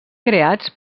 creats